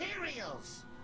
materials